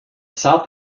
south